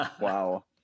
Wow